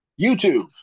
YouTube